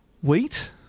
wheat